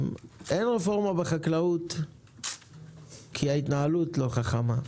אין פורמה בחקלאות כי ההתנהלות לא חכמה.